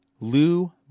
Lou